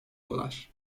dolar